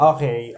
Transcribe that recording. Okay